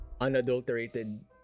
unadulterated